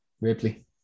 Ripley